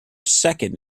second